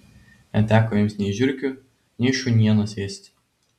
neteko jums nei žiurkių nei šunienos ėsti